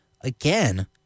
again